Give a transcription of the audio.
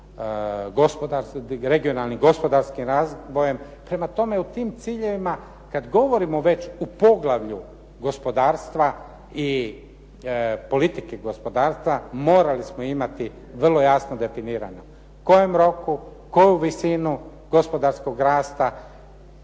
regionalnim gospodarskim razvojem. Prema tome, u tim ciljevima kad govorimo već u poglavlju gospodarstva i politike gospodarstva morali smo imati vrlo jasno definirana u kojem roku, koju visinu gospodarskog rasta,